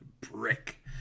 Brick